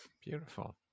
Beautiful